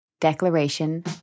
Declaration